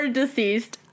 deceased